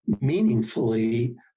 meaningfully